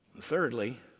Thirdly